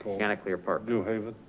chanticleer park. new haven?